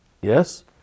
Yes